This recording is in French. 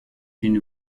une